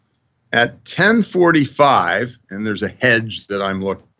at ten forty five, and there's a hedge that i'm looking